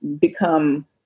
become